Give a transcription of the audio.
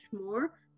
more